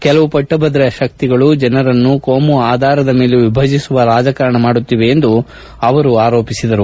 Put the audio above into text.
ಕೆಲವು ಪಟ್ಟಭದ್ರ ಶಕ್ತಿಗಳು ಜನರನ್ನು ಕೋಮು ಆಧಾರದ ಮೇರೆಗೆ ವಿಭಜಿಸುವ ರಾಜಕಾರಣ ಮಾಡುತ್ತಿದೆ ಎಂದು ಅವರು ಆರೋಪಿಸಿದರು